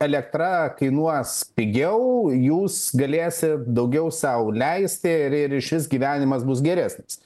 elektra kainuos pigiau jūs galėsit daugiau sau leisti ir ir išvis gyvenimas bus geresnis